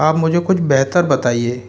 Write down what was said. आप मुझ कुछ बेहतर बताइये